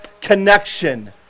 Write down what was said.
connection